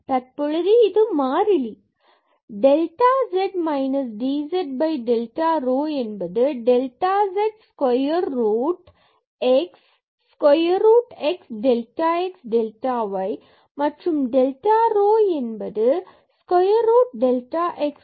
தற்பொழுது இது மாறிலி delta z d z delta rho என்பது delta z square root x square root x delta x delta y மற்றும் data rho square root delta x square delta y square